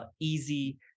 easy